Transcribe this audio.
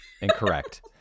incorrect